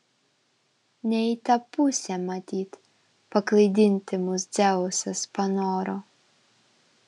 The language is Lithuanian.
ne į tą pusę matyt paklaidinti mus dzeusas panoro